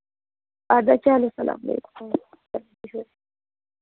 اَدٕ حظ چلو سلام علیکُم